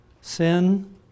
Sin